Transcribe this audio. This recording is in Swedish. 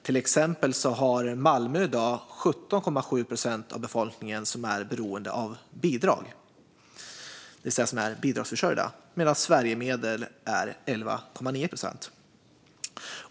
I Malmö är i dag till exempel 17,7 procent av befolkningen beroende av bidrag, det vill säga bidragsförsörjda, medan Sverigemedel är 11,9 procent.